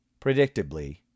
Predictably